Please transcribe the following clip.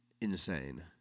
insane